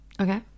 Okay